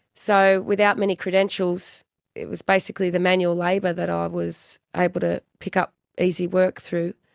so without many credentials it was basically the manual labour that i was able to pick up easy work through.